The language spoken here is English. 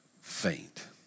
faint